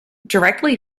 directly